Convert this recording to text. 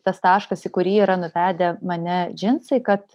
tas taškas į kurį yra nuvedę mane džinsai kad